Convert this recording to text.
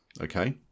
Okay